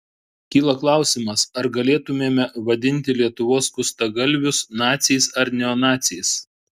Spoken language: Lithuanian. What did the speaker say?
kyla klausimas ar galėtumėme vadinti lietuvos skustagalvius naciais ar neonaciais